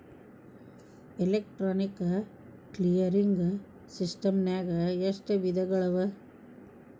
Electronic clearing ಸಿಸ್ಟಮ್ನಾಗ ಎಷ್ಟ ವಿಧಗಳವ?